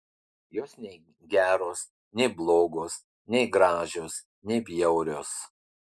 jos nei geros nei blogos nei gražios nei bjaurios